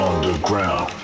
Underground